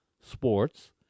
sports